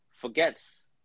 forgets